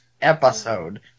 episode